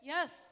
Yes